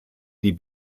die